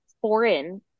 foreign